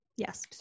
Yes